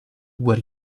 where